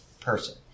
person